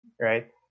right